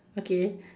okay